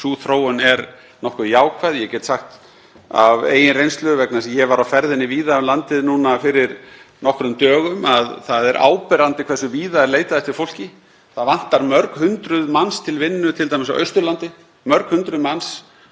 sú þróun er nokkuð jákvæð. Ég get sagt af eigin reynslu, vegna þess að ég var á ferðinni víða um landið fyrir nokkrum dögum, að það er áberandi hversu víða er leitað eftir fólki. Það vantar t.d. mörg hundruð manns til vinnu á Austurlandi, mörg hundruð manns,